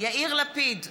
יאיר לפיד,